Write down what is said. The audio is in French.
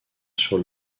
sur